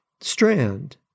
strand